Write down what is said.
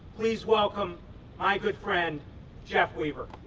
please welcome my good friend jeff weaver.